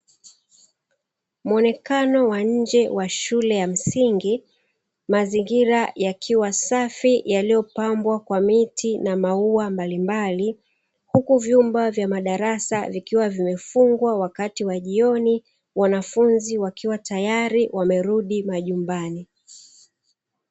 Muonekano wa nje wa shule ya msingi, mazingira yakiwa safi yaliyopambwa kwa miti na maua mbalimbali, huku vyumba vya madarasa vikiwa vimefungwa wakati wa jioni, wanafunzi wakiwa tayari wamerudi majumbani